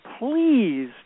please